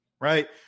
right